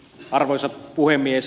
arvoisa puhemies